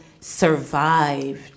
survived